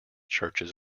churches